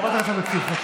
חברת הכנסת אבקסיס,